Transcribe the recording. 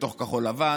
בתוך כחול לבן,